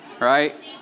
right